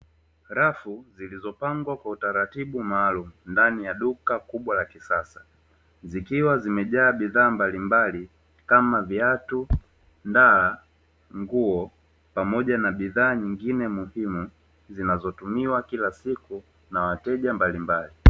Rafu zilizopangwa kwa utaratibu maalumu, ndani ya duka kubwa la kisasa, zikiwa zimejaa bidhaa mbalimbali kama viatu, ndala na nguo pamoja na bidhaa nyingine muhimu zinazotumiwa kila siku na wateja mbalimbali.